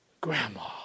grandma